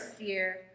year